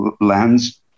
lands